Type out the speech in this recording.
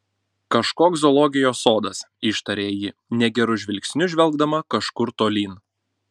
kažkoks zoologijos sodas ištarė ji negeru žvilgsniu žvelgdama kažkur tolyn